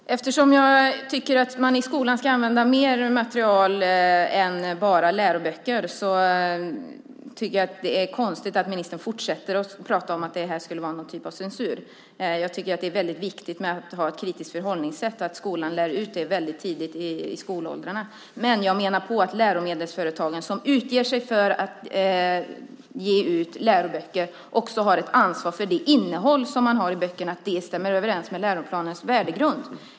Fru talman! Eftersom jag anser att man i skolan ska använda mer material än bara läroböcker tycker jag att det är konstigt att ministern fortsätter att tala om att detta skulle vara någon typ av censur. Jag tycker att det är väldigt viktigt att man har ett kritiskt förhållningssätt och att skolan lär ut det väldigt tidigt till skolbarnen. Men jag menar att läromedelsföretagen som ger ut läroböcker också har ett ansvar för innehållet i böckerna och att det stämmer överens med läroplanens värdegrund.